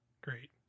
Great